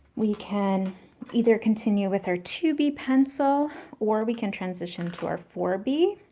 we can either continue with our two b pencil or we can transition to our four b.